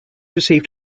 received